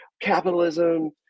capitalism